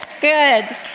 good